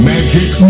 Magic